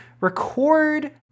record